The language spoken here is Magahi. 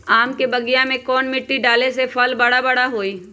आम के बगीचा में कौन मिट्टी डाले से फल बारा बारा होई?